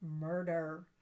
murder